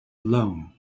alone